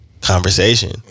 conversation